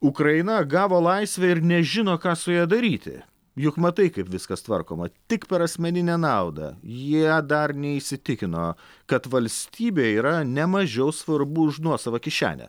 ukraina gavo laisvę ir nežino ką su ja daryti juk matai kaip viskas tvarkoma tik per asmeninę naudą jie dar neįsitikino kad valstybė yra ne mažiau svarbu už nuosavą kišenę